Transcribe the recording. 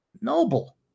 noble